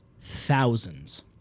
thousands